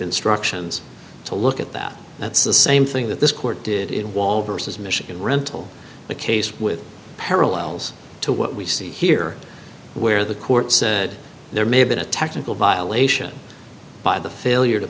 instructions to look at that that's the same thing that this court did in wall versus michigan rental the case with parallels to what we see here where the court said there may have been a technical violation by the failure to